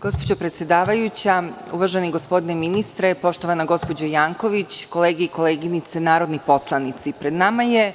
Gospođo predsedavajuća, uvaženi gospodine ministre, poštovana gospođo Janković, kolege i koleginice narodni poslanici, pred nama je